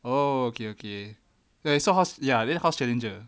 oh okay okay okay so how's ya then how's challenger